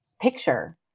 picture